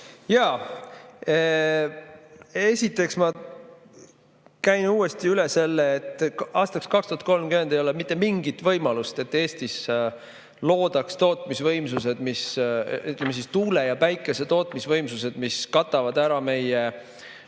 Jaa. Esiteks ma käin uuesti üle selle, et aastaks 2030 ei ole mitte mingit võimalust, et Eestisse loodaks tootmisvõimsused, ütleme, tuule‑ ja päikesetootmisvõimsused, mis kataksid ära meie